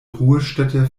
ruhestätte